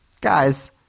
guys